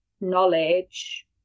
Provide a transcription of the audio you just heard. knowledge